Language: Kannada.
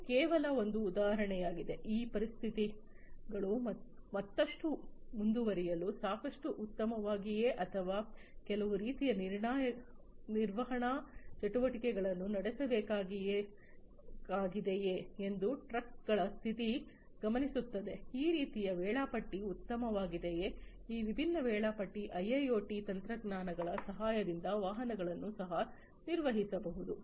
ಇದು ಕೇವಲ ಒಂದು ಉದಾಹರಣೆಯಾಗಿದೆ ಈ ಪರಿಸ್ಥಿತಿಗಳು ಮತ್ತಷ್ಟು ಮುಂದುವರಿಯಲು ಸಾಕಷ್ಟು ಉತ್ತಮವಾಗಿದೆಯೇ ಅಥವಾ ಕೆಲವು ರೀತಿಯ ನಿರ್ವಹಣಾ ಚಟುವಟಿಕೆಗಳನ್ನು ನಡೆಸಬೇಕಾಗಿದೆಯೆ ಎಂದು ಟ್ರಕ್ಗಳ ಸ್ಥಿತಿ ಗಮನಿಸುತ್ತದೆ ಈ ರೀತಿಯ ವೇಳಾಪಟ್ಟಿ ಉತ್ತಮವಾಗಿದೆಯೇ ಈ ವಿಭಿನ್ನ ವೇಳಾಪಟ್ಟಿ ಐಐಒಟಿ ತಂತ್ರಜ್ಞಾನಗಳ ಸಹಾಯದಿಂದ ವಾಹನಗಳನ್ನು ಸಹ ನಿರ್ವಹಿಸಬಹುದು